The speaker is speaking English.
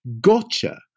gotcha